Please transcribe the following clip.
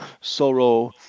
sorrow